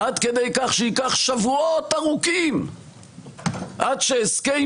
עד כדי כך שייקח שבועות ארוכים עד שאזכה,